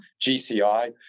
GCI